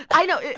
i know.